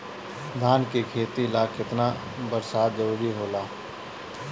धान के खेती ला केतना बरसात जरूरी होला?